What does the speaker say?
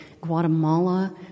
Guatemala